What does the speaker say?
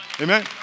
Amen